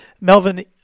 Melvin